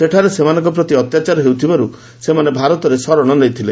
ସେଠାରେ ସେମାନଙ୍ଙ ପ୍ରତି ଅତ୍ୟାଚାର ହୋଇଥିବାରୁ ସେମାନେ ଭାରତରେ ଶରଶ ନେଇଥିଲେ